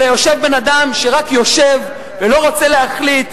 אלא יושב בן-אדם שרק יושב ולא רוצה להחליט.